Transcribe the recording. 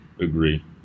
agree